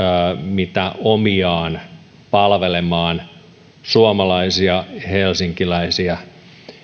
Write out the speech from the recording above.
mitä omiaan palvelemaan suomalaisia ja helsinkiläisiä